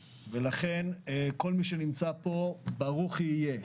לכן, כל מי שנמצא פה, ברוך יהיה.